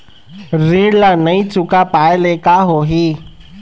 ऋण ला नई चुका पाय ले का होही?